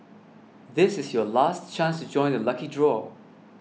this is your last chance to join the lucky draw